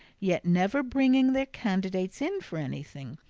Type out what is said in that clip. yet never bringing their candidates in for anything.